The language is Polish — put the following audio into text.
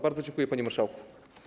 Bardzo dziękuję, panie marszałku.